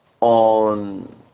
on